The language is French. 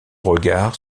regard